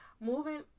moving